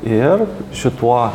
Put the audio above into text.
ir šituo